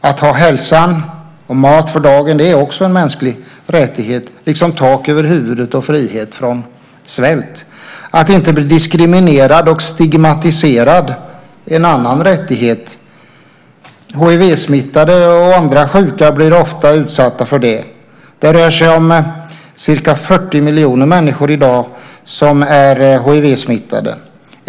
Att ha hälsan och mat för dagen är också en mänsklig rättighet, liksom tak över huvudet och frihet från svält. Att inte bli diskriminerad och stigmatiserad är en annan rättighet. Hiv-smittade och andra sjuka blir ofta utsatta för det. Det rör sig om ca 40 miljoner människor som i dag är hivsmittade.